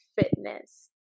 Fitness